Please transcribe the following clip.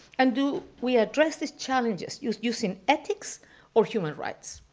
and do we address these challenges using ethics or human rights?